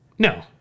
no